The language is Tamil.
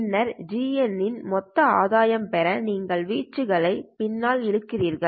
பின்னர் GN இன் மொத்த ஆதாயம் பெற நீங்கள் வீச்சுகளை பின்னால் இழுக்கிறீர்கள்